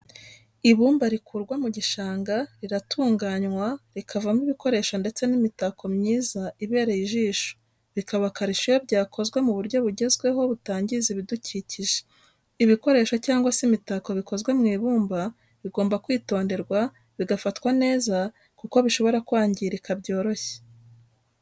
Ibumba rikurwa mu gishanga riratunganywa rikavamo ibikoresho ndetse n'imitako myiza ibereye ijisho bikaba akarusho iyo byakozwe mu buryo bugezweho butangiza ibidukikije. ibikoresho cyangwa se imitako bikozwe mu ibumba bigomba kwitonderwa bigafatwa neza kuko bishobora kwangirika byoroshye.